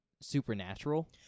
supernatural